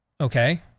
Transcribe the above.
Okay